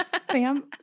Sam